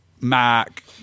Mac